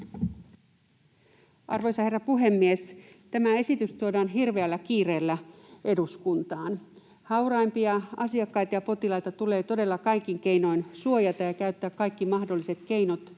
Arvoisa herra puhemies! Tämä esitys tuodaan hirveällä kiireellä eduskuntaan. Hauraimpia asiakkaita ja potilaita tulee todella kaikin keinoin suojata ja käyttää kaikki mahdolliset keinot.